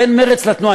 בין מרצ לתנועה.